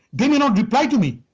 they may not reply to me.